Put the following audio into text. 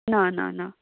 ना ना ना